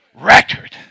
record